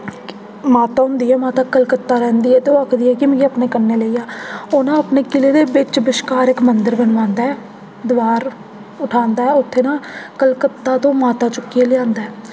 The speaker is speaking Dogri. माता होंदी ऐ माता कलकत्ता रौंह्दी ऐ ते ओह् आखदी ऐ कि मिकी अपने कन्नै लेई आ ओह् अपने किले दे बिच्च बश्कार इक मंदर बनवांदा ऐ दवार उठांदा ऐ उत्थुआं ना कलकत्ता तों माता चुक्कियै लेआंदा ऐ